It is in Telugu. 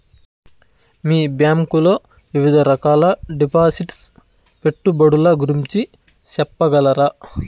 మీ బ్యాంకు లో వివిధ రకాల డిపాసిట్స్, పెట్టుబడుల గురించి సెప్పగలరా?